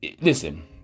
Listen